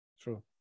true